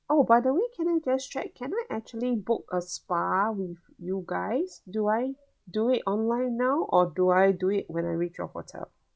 oh by the way can just check can I actually book a spa with you guys do I do it online now or do I do it when I reach your hotel